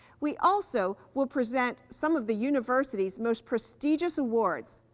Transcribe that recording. we also will present some of the university's most prestigious awards,